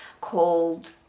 called